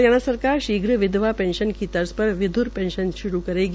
हरियाणा सरकार शीघ्र विधवा पेंशन की तर्ज पर विध्र पेंशन शुरू करेगी